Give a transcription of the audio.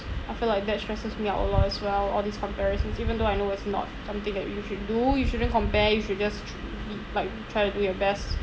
I feel like that stresses me out a lot as well all these comparisons even though I know it's not something that uh you should do you shouldn't compare you should just truly like try to do your best